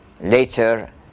later